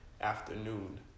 afternoon